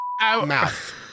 mouth